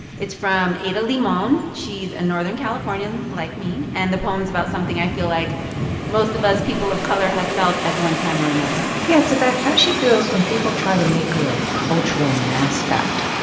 it's from ada limon. she's a and northern californian, like me. and the poem's about something i feel like most of us people of color have felt at one time or another yeah, it's about how she feels when people try to make her a cultural mascot.